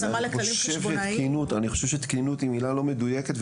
הגדרה לכללים חשבונאיים --- אני חושב ש-"תקינות" היא מילה לא מדויקת,